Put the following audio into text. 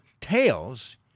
tails